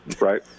Right